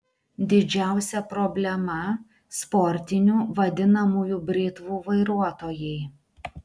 didžiausia problema sportinių vadinamųjų britvų vairuotojai